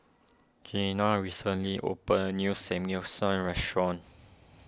Keenan recently opened a new Samgyeopsal restaurant